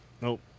Nope